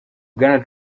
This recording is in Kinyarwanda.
bwana